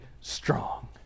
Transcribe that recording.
strong